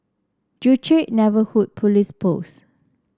Joo Chiat Neighbourhood Police Post